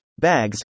bags